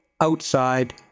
outside